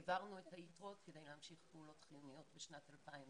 העברנו את היתרות כדי להמשיך פעולות חיוניות בשנת 2020